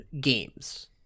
games